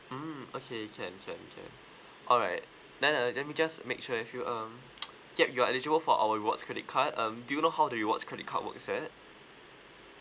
mm okay can can can alright then uh let me just make sure if you um check your eligible for our rewards credit card um do you know how the rewards credit card works at